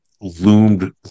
loomed